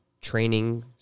training